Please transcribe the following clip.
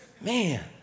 Man